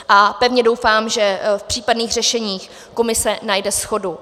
A pevně doufám, že v případných řešeních komise najde shodu.